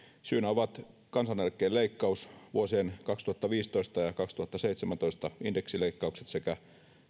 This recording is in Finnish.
syynä ovat kansaneläkkeen leikkaus vuosien kaksituhattaviisitoista ja kaksituhattaseitsemäntoista indeksileikkaukset sekä